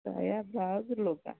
ଶାୟା blouse ଲୁଗା